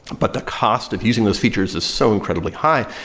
but the cost of using those features is so incredibly high,